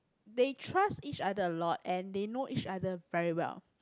they trust each other a lot and they know each other very well